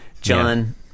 John